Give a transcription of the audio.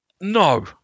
no